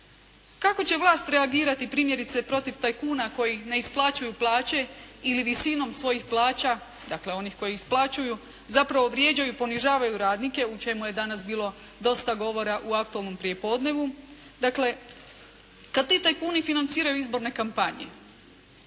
Kako će vlast reagirati primjerice protiv tajkuna koji ne isplaćuju plaće ili visinom svojih plaća dakle onih koje isplaćuju zapravo vrijeđaju i ponižavaju radnike o čemu je danas bilo dosta govora u «Aktualnom prijepodnevu». Dakle kad ti tajkuni financiraju izborne kampanje